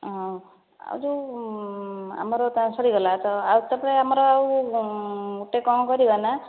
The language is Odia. ହଁ ଆଉ ଯେଉଁ ଆମର ତା ସରିଗଲା ତ ଆଉ ତା ପରେ ଆମର ଆଉ ଗୋଟିଏ କଣ କରିବା ନା